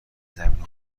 زمین